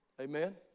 Amen